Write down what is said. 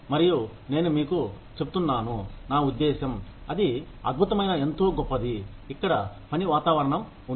మరియు నేను మీకు చెప్తున్నాను నా ఉద్దేశ్యం అది అద్భుతమైన ఎంతో గొప్పది ఇక్కడ పని వాతావరణం ఉంది